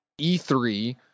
E3